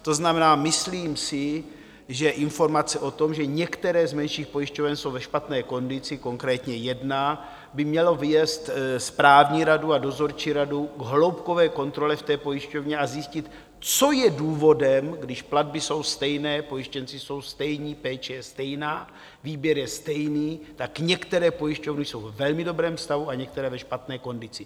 To znamená, myslím si, že informace o tom, že některé z menších pojišťoven jsou ve špatné kondici, konkrétně jedna, by měla vést správní radu a dozorčí radu k hloubkové kontrole v té pojišťovně, aby se zjistilo, co je důvodem, když platby jsou stejné, pojištěnci jsou stejní, péče je stejná, výběr je stejný, tak některé pojišťovny jsou ve velmi dobrém stavu a některé ve špatné kondici.